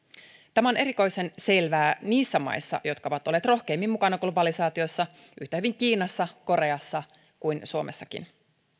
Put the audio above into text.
tämä on erikoisen selvää niissä maissa jotka ovat olleet rohkeimmin mukana globalisaatiossa yhtä hyvin kiinassa koreassa kuin suomessakin